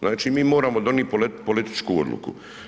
Znači mi moramo donijeti političku odluku.